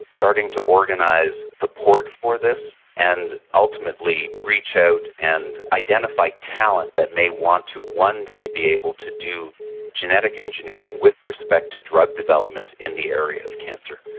starting to organise support for this and ultimately reach out and identify talent that may want to one day be able to do genetic engineering with respect to drug development in the area of cancer.